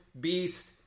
Beast